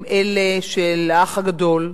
הם אלה של "האח הגדול",